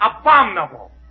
abominable